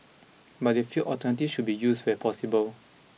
but they feel alternative should be used where possible